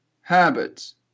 habits